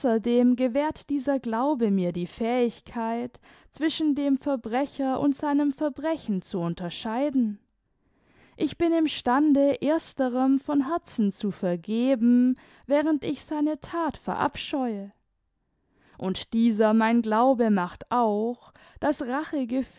gewährt dieser glaube mir die fähigkeit zwischen dem verbrecher und seinem verbrechen zu unterscheiden ich bin im stande ersterem von herzen zu vergeben während ich seine that verabscheue und dieser mein glaube macht auch daß